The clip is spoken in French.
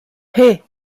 hey